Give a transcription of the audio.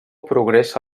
progressa